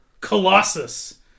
Colossus